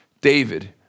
David